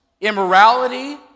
immorality